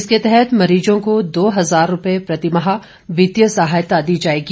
इसके तहत मरीजों को दो हजार रूपए प्रतिमाह वित्तीय सहायता दी जाएगी